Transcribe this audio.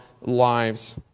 lives